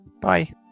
Bye